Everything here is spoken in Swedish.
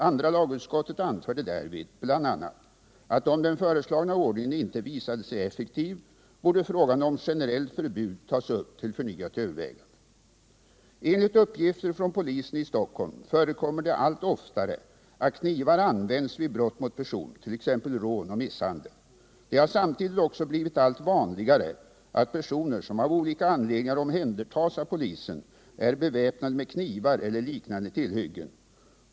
Andra lagutskottet anförde därvid bl.a. att om den föreslagna ordningen inte visade sig effektiv borde frågan om generellt förbud tas upp till förnyat övervä 13 Enligt uppgifter från polisen i Stockholm förekommer det allt oftare att knivar används vid brott mot person, t.ex. rån och misshandel. Det har samtidigt också blivit allt vanligare att personer som av olika anledningar omhändertas av polisen är beväpnade med knivar eller liknande tillhyggen.